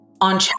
on